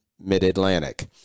Mid-Atlantic